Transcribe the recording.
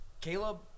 caleb